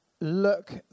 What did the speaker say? look